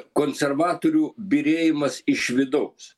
konservatorių byrėjimas iš vidaus